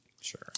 sure